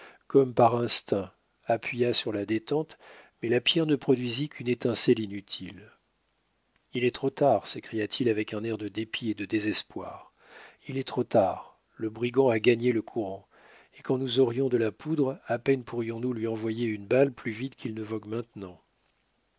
comme par instinct appuya sur la détente mais la pierre ne produisit qu'une étincelle inutile il est trop tard s'écria-t-il avec un air de dépit et de désespoir il est trop tard le brigand a gagné le courant et quand nous aurions de la poudre à peine pourrions-nous lui envoyer une balle plus vite qu'il ne vogue maintenant